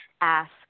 ask